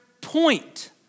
point